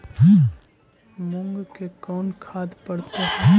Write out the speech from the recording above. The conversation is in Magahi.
मुंग मे कोन खाद पड़तै है?